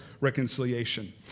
reconciliation